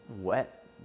wet